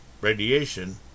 radiation